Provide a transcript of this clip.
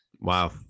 Wow